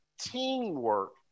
teamwork